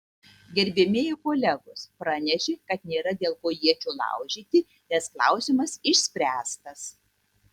gerbiamieji kolegos pranešė kad nėra dėl ko iečių laužyti nes klausimas išspręstas